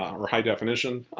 um or high-definition.